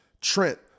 Trent